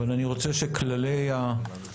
אבל אני רוצה שכללי המשחק,